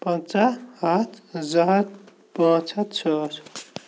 پَنٛژاہ ہَتھ زٕ ہَتھ پانٛژھ ہَتھ ساس